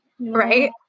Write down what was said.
Right